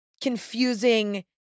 confusing